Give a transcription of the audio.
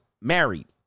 married